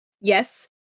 Yes